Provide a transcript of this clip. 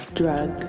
drug